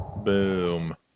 Boom